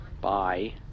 bye